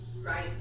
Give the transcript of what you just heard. Right